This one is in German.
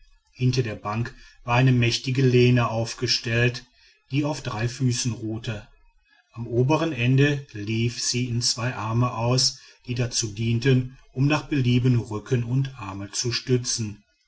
hinter der bank war eine mächtige lehne aufgestellt die auf drei füßen ruhte am obern ende lief sie in zwei arme aus die dazu dienten um nach belieben rücken und arme zu stützen